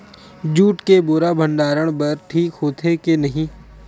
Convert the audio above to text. Jute के बोरा भंडारण बर ठीक होथे के नहीं?